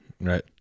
right